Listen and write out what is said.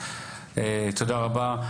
תודה רבה.